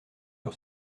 sur